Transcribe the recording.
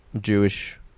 Jewish